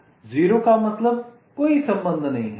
0 का मतलब कोई संबंध नहीं है